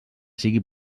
sigui